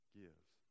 gives